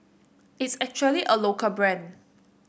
it's actually a local brand